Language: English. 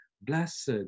blessed